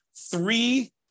three